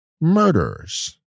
murderers